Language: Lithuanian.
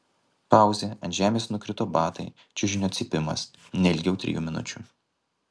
pauzė ant žemės nukrito batai čiužinio cypimas ne ilgiau trijų minučių